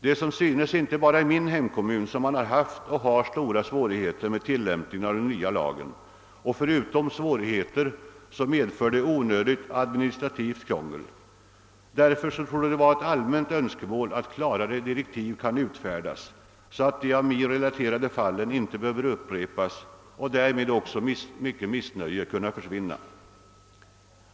Det är som synes inte bara i min hemkommun som man har haft och har stora svårigheter med tillämpningen av den nya lagen. Förutom svårigheter medför den också ett onödigt administrativt krångel. Därför torde det vara ett allmänt önskemål att klarare direktiv kan utfärdas, så att de av mig relaterade fallen inte behöver upprepas och därmed också mycket missnöje xan försvinna.